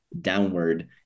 downward